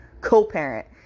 co-parent